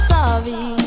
Sorry